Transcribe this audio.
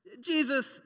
Jesus